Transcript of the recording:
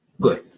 Good